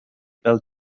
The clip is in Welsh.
fel